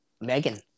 Megan